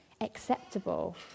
acceptable